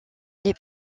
les